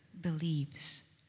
believes